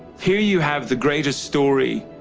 here you have the greatest story.